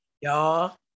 Y'all